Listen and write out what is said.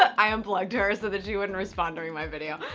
i unplugged her so that she wouldn't respond during my video,